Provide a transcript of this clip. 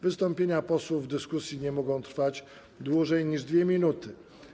Wystąpienia posłów w dyskusji nie mogą trwać dłużej niż 2 minuty.